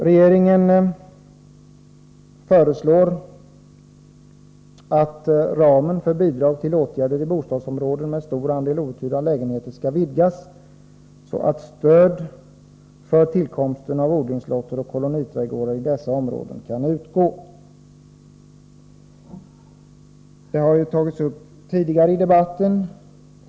Regeringen föreslår att ramen för bidrag till åtgärder i bostadsområden med stor andel outhyrda lägenheter skall vidgas, så att stöd för tillkomsten av odlingslotter och koloniträdgårdar i dessa områden kan utgå. Detta har tagits upp tidigare i debatten.